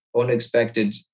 unexpected